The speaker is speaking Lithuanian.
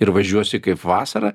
ir važiuosi kaip vasarą